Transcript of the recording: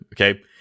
okay